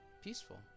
peaceful